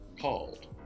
called